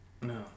No